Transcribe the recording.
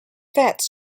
fettes